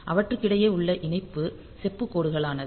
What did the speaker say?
அவற்றுக்கிடையே உள்ள இணைப்பு செப்பு கோடுகளானது